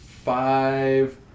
Five